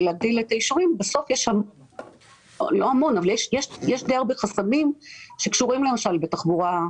להגדיל את האישורים ובסוף יש די הרבה חסמים שקשורים למשל בתחבורה,